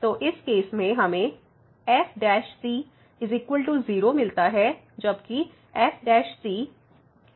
तो इस केस में हमें f 0 मिलता है जबकि f ≤0 है